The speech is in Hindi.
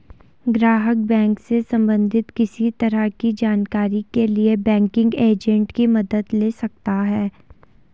ग्राहक बैंक से सबंधित किसी तरह की जानकारी के लिए बैंकिंग एजेंट की मदद ले सकता है